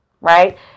right